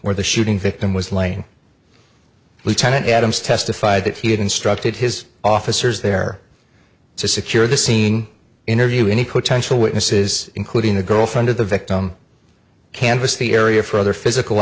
where the shooting victim was lain lieutenant adams testified that he had instructed his officers there to secure the scene interview any potential witnesses including the girlfriend of the victim canvassed the area for other physical